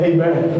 Amen